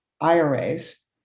IRAs